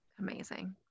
Amazing